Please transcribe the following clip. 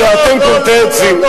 הלוא אתם כורתי עצים,